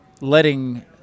letting